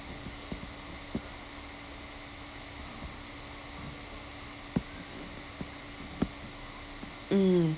mm